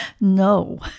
No